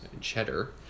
cheddar